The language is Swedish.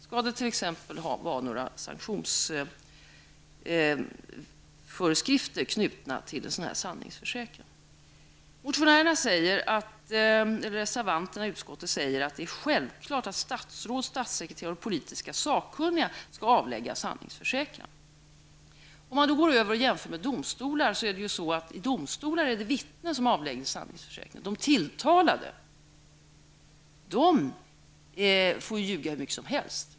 Skall det t.ex. vara några sanktionsföreskrifter knutna till en sådan här sanningsförsäkran? Reservanterna i utskottet säger att det är självklart att statsråd, statssekreterare och politiskt sakkunniga skall avlägga sanningsförsäkran. Om man då går över och jämför med domstolar är det vittnen som avlägger sanningsförsäkran i domstolar. De tilltalade får ljuga hur mycket som helst.